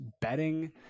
bedding